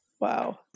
Wow